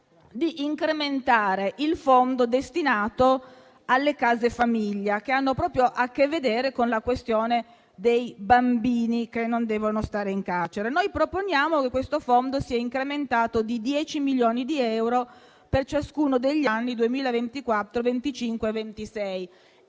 di incrementare il fondo destinato alle case famiglia, che ha proprio a che vedere con la questione dei bambini che non devono stare in carcere. Noi proponiamo che questo fondo sia incrementato di dieci milioni di euro per ciascuno degli anni 2024, 2025 e 2026.